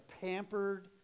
pampered